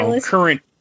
current